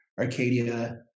Arcadia